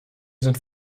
sind